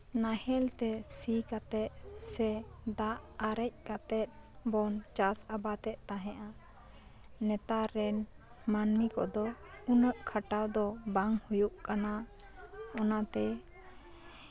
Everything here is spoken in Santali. ᱱᱟᱦᱮᱞᱛᱮ ᱥᱤ ᱠᱟᱛᱮᱜ ᱥᱮ ᱫᱟᱜ ᱟᱨᱮᱡ ᱠᱟᱛᱮᱜ ᱵᱚᱱ ᱪᱟᱥ ᱟᱵᱟᱫ ᱮᱜ ᱛᱟᱦᱮᱸᱜᱼᱟ ᱱᱮᱛᱟᱨ ᱨᱮᱱ ᱢᱟᱹᱱᱢᱤ ᱠᱚᱫᱚ ᱩᱱᱟᱹᱜ ᱠᱷᱟᱴᱟᱣ ᱫᱚ ᱵᱟᱝ ᱦᱩᱭᱩᱜ ᱠᱟᱱᱟ ᱚᱱᱟᱛᱮ